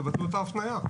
תבטלו את ההפניה.